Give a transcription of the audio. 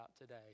today